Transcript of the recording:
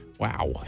Wow